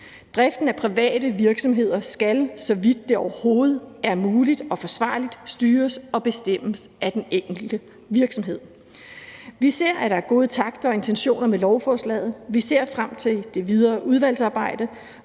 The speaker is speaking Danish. Driften af private virksomheder skal, så vidt det overhovedet er muligt og forsvarligt, styres og bestemmes af den enkelte virksomhed. Vi ser, at der er gode takter og intentioner med lovforslaget. Og vi ser frem til det videre udvalgsarbejde,